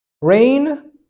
rain